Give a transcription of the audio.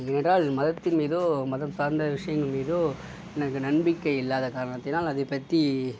ஏனென்றால் மதத்தின் மீதோ மதம் சார்ந்த விஷயங்கள் மீதோ எனக்கு நம்பிக்கை இல்லாத காரணத்தினால் அதை பற்றி